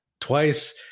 twice